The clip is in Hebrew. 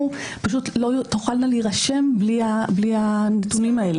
פשוט לא תוכלנה להירשם בלי הנתונים האלה.